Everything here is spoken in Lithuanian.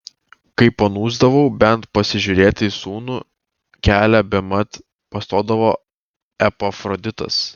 kai panūsdavau bent pasižiūrėti į sūnų kelią bemat pastodavo epafroditas